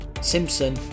Simpson